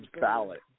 ballot